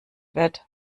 wird